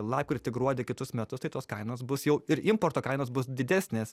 lapkritį gruodį kitus metus tai tos kainos bus jau ir importo kainos bus didesnės